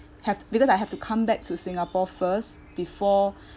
have because I have to come back to singapore first before